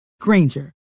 Granger